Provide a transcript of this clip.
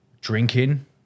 Drinking